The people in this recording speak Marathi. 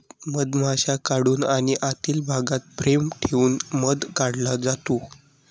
मधमाशी काढून आणि आतील भागात फ्रेम ठेवून मध काढला जातो